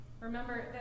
Remember